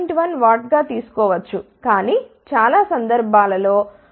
1 W గా తీసుకో వచ్చు కాని చాలా సందర్భాలలో వారు 0